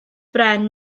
bren